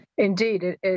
Indeed